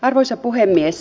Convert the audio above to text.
arvoisa puhemies